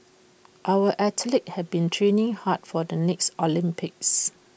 our athletes have been training hard for the next Olympics